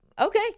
Okay